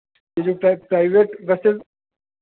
किसी प्राइ private bus से